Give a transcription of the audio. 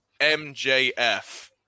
MJF